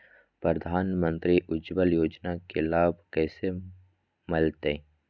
प्रधानमंत्री उज्वला योजना के लाभ कैसे मैलतैय?